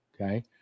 Okay